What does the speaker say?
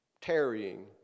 tarrying